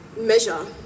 measure